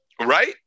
Right